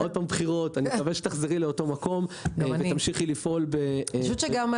אני מקווה שתחזרי לאותו מקום ותמשיכי לפעול באותה